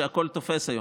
שהכול תופס היום,